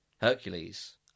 Hercules